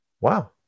Wow